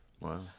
Wow